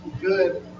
good